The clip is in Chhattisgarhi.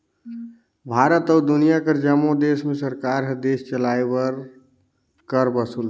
भारत अउ दुनियां कर जम्मो देस में सरकार हर देस चलाए बर कर वसूलथे